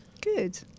good